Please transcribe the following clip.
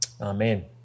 Amen